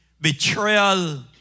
betrayal